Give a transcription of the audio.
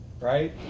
right